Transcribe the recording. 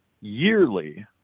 yearly